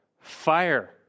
fire